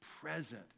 present